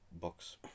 box